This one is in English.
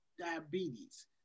diabetes